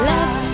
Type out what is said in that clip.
Love